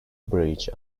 bridge